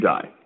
Die